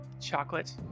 chocolate